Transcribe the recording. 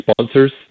sponsors